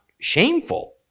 shameful